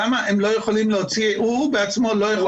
למה הם לא יכולים להוציא הוא בעצמו לא יכול